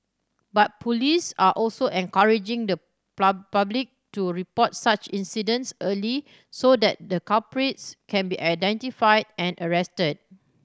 but police are also encouraging the public to report such incidents early so that the culprits can be identified and arrested